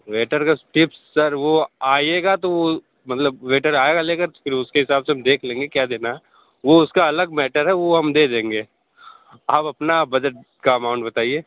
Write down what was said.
waiter का tips sir वो आइएगा तो वो मतलब वेटर आएगा लेकर फिर उसके हिसाब से हम देख लेंगे क्या देना वो उसका अलग मेटर है वो हम दे देंगे आप अपना बजट का अमाउन्ट बताइए